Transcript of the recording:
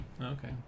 okay